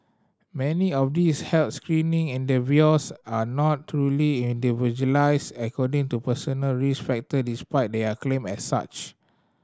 many of these health screening endeavours are not truly individualised according to personal risk factor despite their claim as such